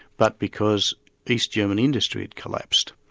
but because east german industry had collapsed.